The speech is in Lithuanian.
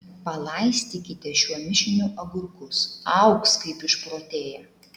palaistykite šiuo mišiniu agurkus augs kaip išprotėję